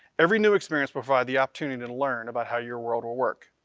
every new experience provides the opportunity to learn about how your world will work.